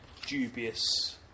dubious